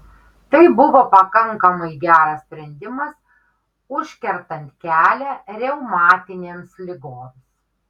tai buvo pakankamai geras sprendimas užkertant kelią reumatinėms ligoms